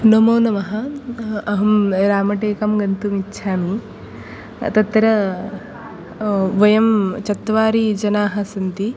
नमो नमः अहं रामटेकं गन्तुम् इच्छामि तत्र वयं चत्वारि जनाः सन्ति